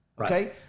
Okay